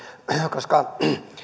koska